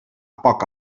poc